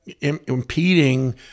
impeding